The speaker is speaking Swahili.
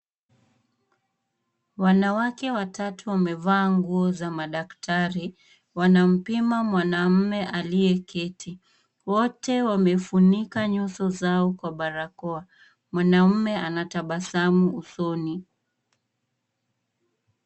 Wanawake watatu wamevaa nguo za madaktari. Wanampima mwanaume aliyeketi. Wote wamefunika nyuso zao kwa barakoa. Mwanaume anatabasamu usoni.